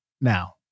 Now